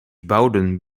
bouwden